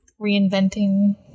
reinventing